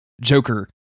Joker